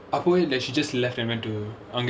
like she just left and went to